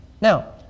Now